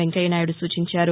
వెంకయ్యనాయుడు సూచించారు